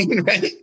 right